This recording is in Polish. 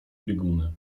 bieguny